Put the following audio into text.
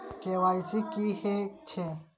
KYC की हे छे?